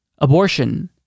Abortion